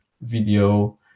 video